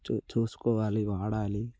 చు చూసుకోవాలి వాడాలి